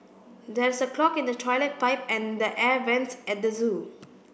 there is a clog in the toilet pipe and the air vents at the zoo